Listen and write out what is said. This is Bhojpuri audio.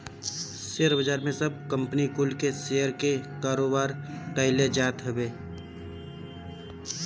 शेयर बाजार में सब कंपनी कुल के शेयर के कारोबार कईल जात हवे